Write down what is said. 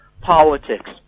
politics